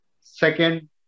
Second